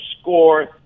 score